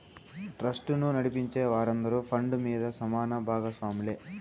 ట్రస్టును నడిపించే వారందరూ ఫండ్ మీద సమాన బాగస్వాములే